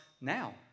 now